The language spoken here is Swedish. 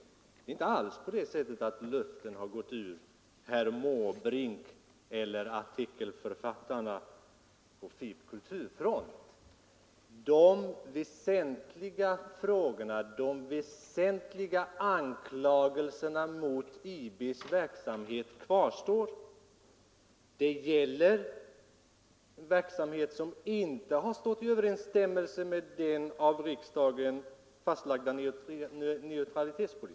Det är inte alls på det sättet att luften har gått ur herr Måbrink eller artikelförfattarna på FiB/Kulturfront. De väsentliga anklagelserna mot IB:s verksamhet kvarstår. Det gäller verksamhet som inte har stått i överensstämmelse med den av riksdagen fastlagda neutralitetspolitiken.